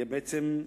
יהיה בעצם,